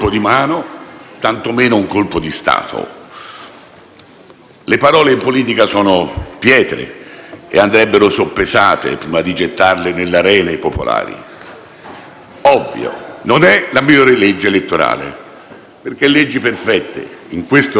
Le parole in politica sono pietre e dovrebbero essere soppesate prima di gettarle nelle arene popolari. Ovvio, non è la migliore legge elettorale, perché leggi perfette in questo ramo del Parlamento e nell'altro non esistono.